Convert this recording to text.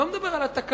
אני לא מדבר על התקנות,